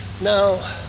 now